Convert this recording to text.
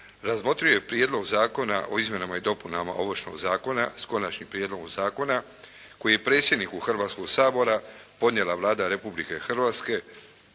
razmotrio je Prijedlog zakona o izmjenama i dopunama Ovršnog zakona s Konačnim prijedlogom zakona koji je predsjedniku Hrvatskog sabora podnijela Vlada Republike Hrvatske